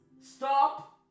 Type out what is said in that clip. Stop